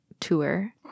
Tour